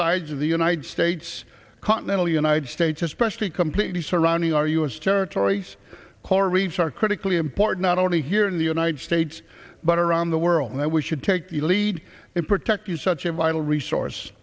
sides of the united states continental united states especially completely surrounding our u s territories coral reefs are critically important not only here in the united states but around the world that we should take the lead to protect you such a vital resource